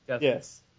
Yes